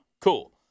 Cool